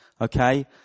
Okay